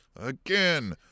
Again